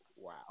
Wow